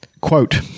Quote